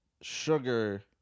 sugar